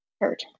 hurt